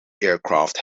aircraft